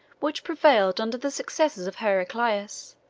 which prevailed under the successors of heraclius,